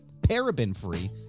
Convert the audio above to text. paraben-free